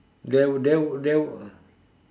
there were there were there were